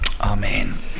Amen